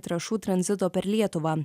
trąšų tranzito per lietuvą